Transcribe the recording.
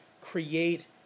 create